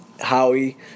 Howie